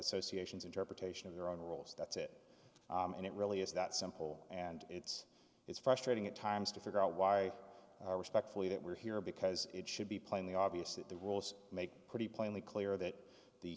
association interpretation of their own rules that's it and it really is that simple and it's it's frustrating at times to figure out why i respectfully that we're here because it should be plainly obvious that the rules make pretty plainly clear that the